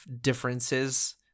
differences